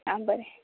आं बरें